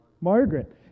Margaret